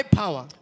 power